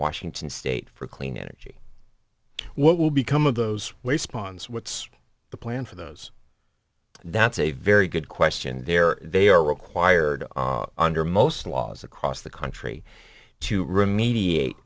washington state for clean energy what will become of those responds what's the plan for those that's a very good question there they are required under most laws across the country to remediate